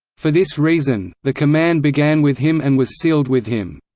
for this reason, the command began with him and was sealed with him.